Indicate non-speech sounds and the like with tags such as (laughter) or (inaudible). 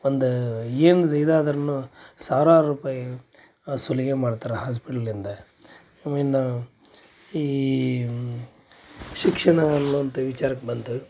ಒಂದು ಏನಿದು ಇದಾದರನೂ ಸಾವಿರಾರು ರೂಪಾಯಿ ಸುಲಿಗೆ ಮಾಡ್ತಾರ ಹಾಸ್ಪಿಟ್ಲಿಂದ (unintelligible) ಇನ್ನಾ ಈ ಶಿಕ್ಷಣಾ ಅನ್ನುವಂಥಾ ವಿಚಾರಕ್ಕೆ ಬಂತ